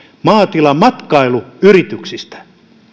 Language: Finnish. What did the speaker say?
maatilamatkailuyrityksistä